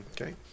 Okay